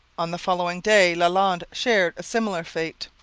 on the following day lalande shared a similar fate.